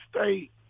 state